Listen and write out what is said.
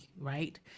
right